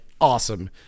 awesome